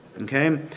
okay